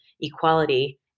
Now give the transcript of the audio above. equality